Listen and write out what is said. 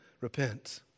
repent